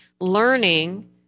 learning